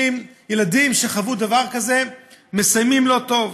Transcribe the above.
ילדים שחוו דבר כזה מסיימים לא טוב.